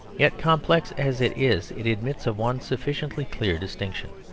yet complex as it is it admits of one sufficiently clear distinction.